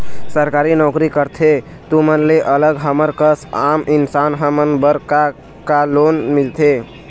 सरकारी नोकरी करथे तुमन ले अलग हमर कस आम इंसान हमन बर का का लोन मिलथे?